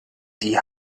die